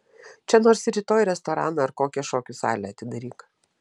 čia nors ir rytoj restoraną ar kokią šokių salę atidaryk